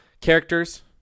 Characters